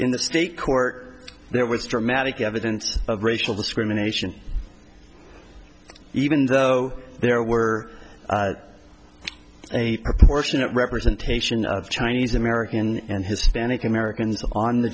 in the state court there was dramatic evidence of racial discrimination even though there were a proportionate representation of chinese american and hispanic americans on the